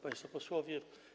Państwo Posłowie!